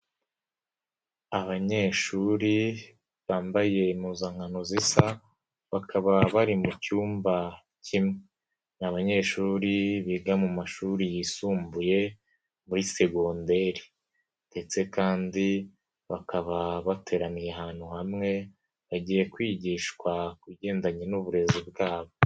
Abanyeshuri bambaye impuzankano zisa bakaba bari mu cyumba kimwe, ni abanyeshuri biga mu mashuri yisumbuye muri segonderi ndetse kandi bakaba bateraniye ahantu hamwe bagiye kwigishwa ku bigendanye n'uburezi bwabo.